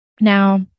Now